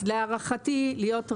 אז להערכתי, להיות ריאליים,